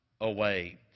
away